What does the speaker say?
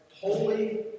holy